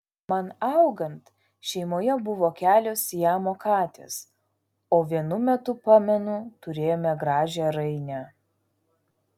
man augant šeimoje buvo kelios siamo katės o vienu metu pamenu turėjome gražią rainę